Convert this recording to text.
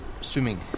swimming